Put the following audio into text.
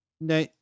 Now